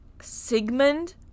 Sigmund